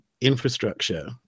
infrastructure